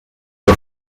the